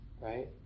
right